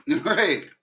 Right